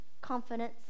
confidence